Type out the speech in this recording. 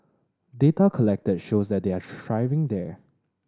data collected shows that they are thriving there